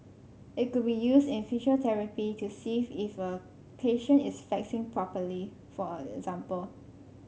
it could be used in physiotherapy to see if a patient is flexing properly for example